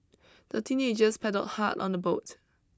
the teenagers paddled hard on the boat